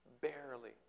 Barely